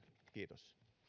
kiitos